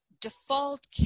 default